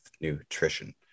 nutrition